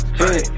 hey